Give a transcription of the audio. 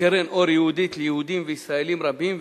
קרן אור יהודית ליהודים וישראלים רבים,